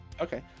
Okay